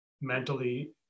mentally